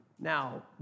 Now